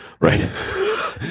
Right